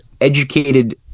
educated